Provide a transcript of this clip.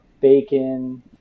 bacon